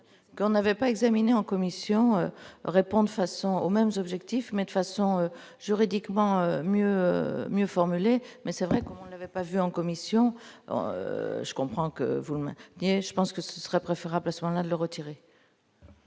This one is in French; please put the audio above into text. vu n'avait pas examiné en commission répond de façon aux mêmes objectifs, mais de façon juridiquement mieux mieux formuler mais c'est vrai qu'on avait passé en commission, je comprends que vous me bien je pense que ce serait préférable, à ce moment-là de le retirer.